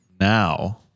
Now